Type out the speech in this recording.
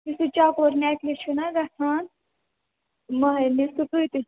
یُس سُہ چکور نیٚکلیس چھُناہ حظ گژھان مہِرینہِ سُہ کۭتِس